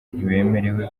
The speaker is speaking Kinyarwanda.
ntibemerewe